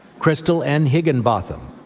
krystal n. higginbotham.